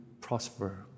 prosper